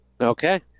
okay